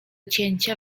cięcia